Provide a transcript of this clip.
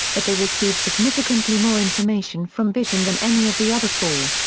but they receive significantly more information from vision than any of the other four.